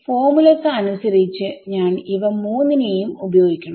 formula ക്ക് അനുസരിച്ചു ഞാൻ ഇവ 3 നെയും ഉപയോഗിക്കണം